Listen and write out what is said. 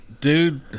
Dude